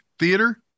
theater